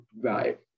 Right